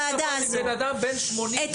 בן אדם בן 80 --- לא.